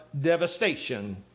devastation